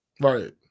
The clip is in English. Right